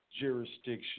jurisdiction